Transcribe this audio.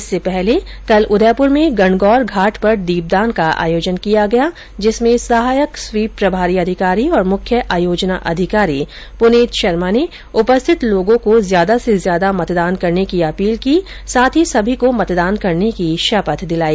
इससे पहले कल उदयपुर में गणगौर घाट पर दीपदान का आयोजन किया गया जिसमें सहायक स्वीप प्रभारी अधिकारी और मुख्य आयोजना अधिकारी पुनीत शर्मा ने उपस्थित लोगो को ज्यादा से ज्यादा मतदान करने की अपील की साथ ही सभी को मतदान करने की शपथ दिलाई